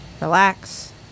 Relax